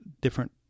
different